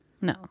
No